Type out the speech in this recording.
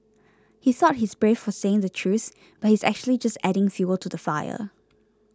he thought he's brave for saying the truth but he's actually just adding fuel to the fire